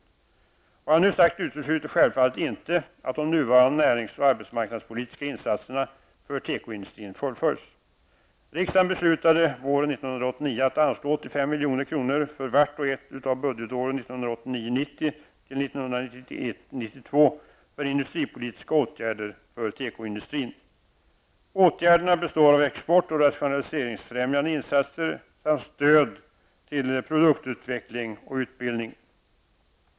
Vad jag nu sagt utesluter självfallet inte att de nuvarande närings och arbetsmarknadspolitiska insatserna för tekoindustrin fullföljs. 1991/92 för industripolitiska åtgärder för tekoindustrin. Åtgärderna består av export och rationaliseringsfrämjande insatser samt stöd till produktutveckling och utbildning.